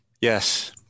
yes